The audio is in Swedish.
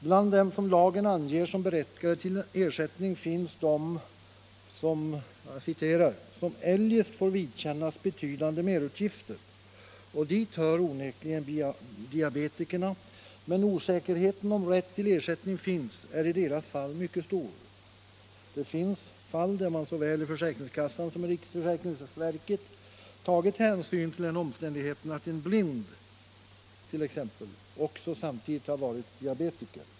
Bland dem som lagen anger som berättigade till ersättning finns de som "eljest får vidkännas betydande merutgifter”. Dit hör onekligen diabetikerna, men osäkerheten om rätten till ersättning föreligger är i deras fall mycket stor. Det finns fall där man såväl i försäkringskassan som i riksförsäkringsverket tar hänsyn till den omständigheten att t.ex. en blind också samtidigt varit diabetiker.